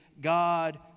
God